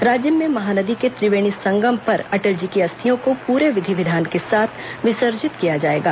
राजिम में महानदी के त्रिवेणी संगम पर अटल जी की अस्थियों को पूरे विधि विधान के साथ विसर्जित किया जाएगा